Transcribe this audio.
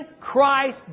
Christ